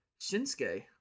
Shinsuke